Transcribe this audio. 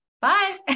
Bye